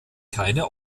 keine